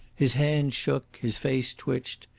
his hands shook, his face twitched.